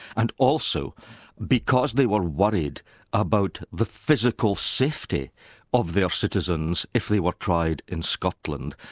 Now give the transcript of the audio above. and also because they were worried about the physical safety of their citizens if they were tried in scotland,